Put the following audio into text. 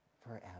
forever